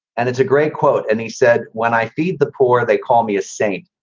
and it's a great quote. and he said, when i feed the poor, they call me a saint.